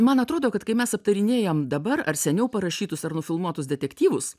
man atrodo kad kai mes aptarinėjam dabar ar seniau parašytus ar nufilmuotus detektyvus